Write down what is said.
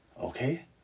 okay